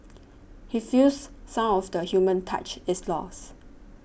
he feels some of the human touch is lost